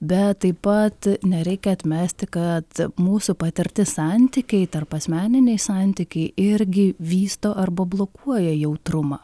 bet taip pat nereikia atmesti kad mūsų patirti santykiai tarpasmeniniai santykiai irgi vysto arba blokuoja jautrumą